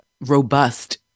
robust